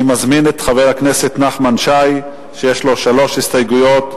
אני מזמין את חבר הכנסת נחמן שי שיש לו שלוש הסתייגויות.